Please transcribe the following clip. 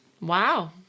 Wow